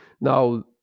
now